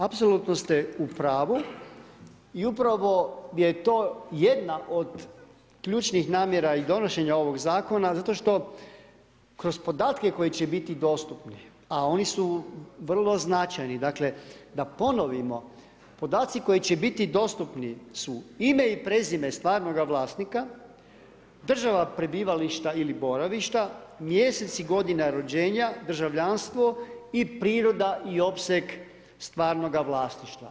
Apsolutno ste u pravu i upravo je to jedna od ključnih namjera i donošenja ovog Zakona zato što kroz podatke koji će biti dostupni, a oni su vrlo značajni, dakle, da ponovimo, podaci koji će biti dostupni su ime i prezime stvarnoga vlasnika, država prebivališta ili boravišta, mjesec i godina rođenja, državljanstvo i priroda i opseg stvarnoga vlasništva.